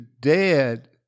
dead